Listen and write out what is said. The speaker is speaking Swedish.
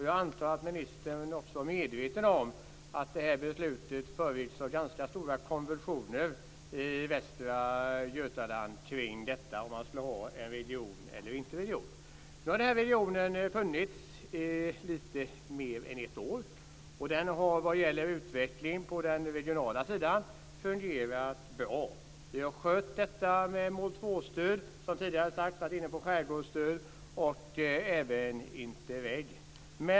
Jag antar att ministern också är medveten om att beslutet föregicks av ganska stora konvulsioner i Västra Götaland kring frågan om man skulle ha en region eller inte. Nu har regionen funnits i lite mer än ett år, och den har vad gäller utveckling på den regionala sidan fungerat bra. Vi har skött detta med mål 2-stöd, som tidigare sagts, och varit inne på skärgårdsstöd och även Interreg.